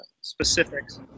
specifics